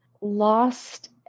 lost